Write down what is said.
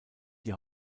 die